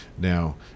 Now